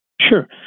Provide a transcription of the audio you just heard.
Sure